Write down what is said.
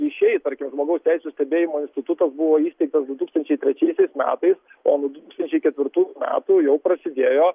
išeit tarkim žmogaus teisių stebėjimo institutas buvo įsteigtas du tūkstančiai trečiaisiais metais o nuo du tūkstančiai ketvirtų ketvirtų metų jau prasidėjo